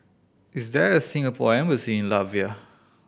is there a Singapore Embassy in Latvia